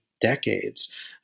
decades